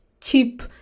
cheap